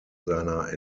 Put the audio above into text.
seiner